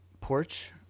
porch